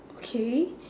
okay